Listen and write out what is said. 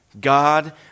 God